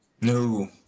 No